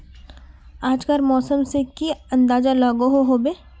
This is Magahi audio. आज कार मौसम से की अंदाज लागोहो होबे?